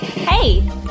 Hey